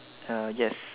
uh yes